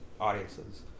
audiences